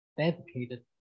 dedicated